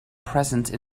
presence